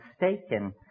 mistaken